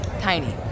tiny